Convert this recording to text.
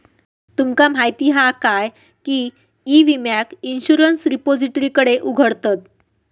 तुमका माहीत हा काय की ई विम्याक इंश्युरंस रिपोजिटरीकडे उघडतत